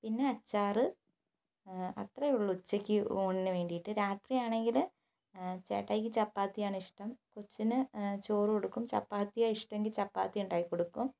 പിന്നെ അച്ചാർ അത്രയേയുള്ളു ഉച്ചയ്ക്ക് ഊണിന് വേണ്ടിയിട്ട് രാത്രിയാണെങ്കിൽ ചേട്ടായിക്ക് ചപ്പാത്തിയാണിഷ്ടം കൊച്ചിന് ചോറ് കൊടുക്കും ചപ്പാത്തിയാണ് ഇഷ്ടമെങ്കിൽ ചപ്പാത്തി ഉണ്ടാക്കി കൊടുക്കും